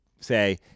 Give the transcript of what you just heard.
Say